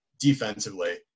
defensively